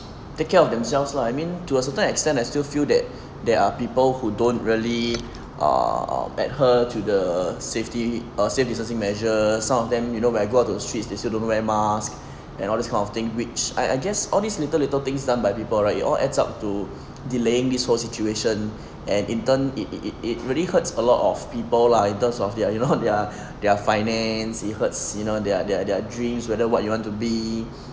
take care of themselves lah I mean to a certain extent I still feel that there are people who don't really err adhere to the safety err safe distancing measure some of them you know when I go out to the streets they still don't wear masks and all this kind of thing which I I guess all these little little things done by people right it all adds up to delaying this whole situation and in turn it it it it really hurts a lot of people lah in terms of their you know their their finance it hurts you know their their their dreams you know whether what you want to be